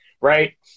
Right